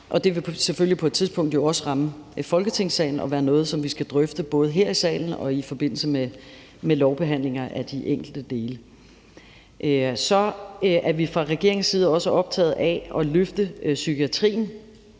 Og det vil selvfølgelig jo på et tidspunkt også ramme Folketingssalen og være noget, som vi skal drøfte både her i salen og i forbindelse med lovbehandlinger af de enkelte dele. Så er vi fra regeringens side også optaget af at løfte psykiatrien,